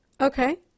Okay